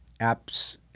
apps